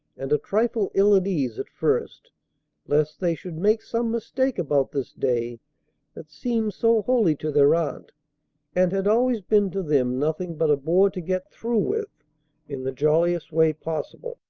and a trifle ill at ease at first lest they should make some mistake about this day that seemed so holy to their aunt and had always been to them nothing but a bore to get through with in the jolliest way possible.